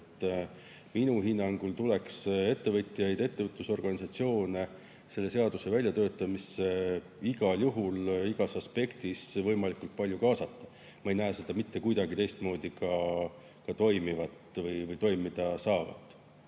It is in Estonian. Minu hinnangul tuleks ettevõtjaid ja ettevõtlusorganisatsioone selle seaduse väljatöötamisse igal juhul igas aspektis võimalikult palju kaasata. Ma ei näe seda mitte kuidagi teistmoodi toimida saavat.